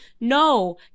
No